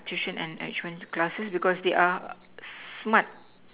tuition and enrichment classes because they are smart